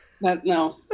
No